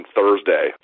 Thursday